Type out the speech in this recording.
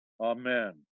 Amen